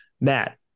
Matt